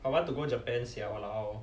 I want to go japan sia !walao!